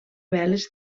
veles